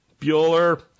Bueller